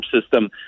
system